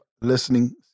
listening